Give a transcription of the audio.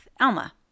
Alma